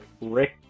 Rick